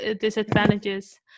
disadvantages